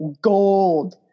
gold